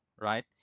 right